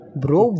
bro